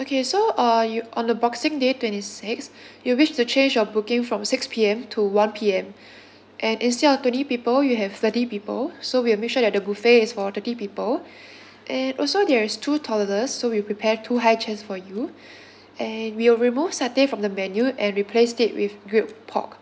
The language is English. okay so uh you on the boxing day twenty six you wish to change your booking from six P_M to one P_M and instead of twenty people you have thirty people so we'll make sure that the buffet is for thirty people and also there is two toddlers so we prepare to high chairs for you and we'll remove satay from the menu and replace it with grilled pork